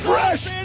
Fresh